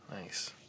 nice